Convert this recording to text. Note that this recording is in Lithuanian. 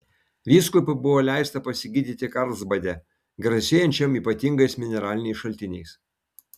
vyskupui buvo leista pasigydyti karlsbade garsėjančiam ypatingais mineraliniais šaltiniais